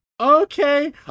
Okay